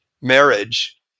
marriage